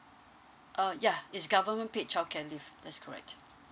uh yeah it's government paid childcare leave that's correct